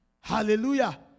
Hallelujah